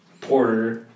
Porter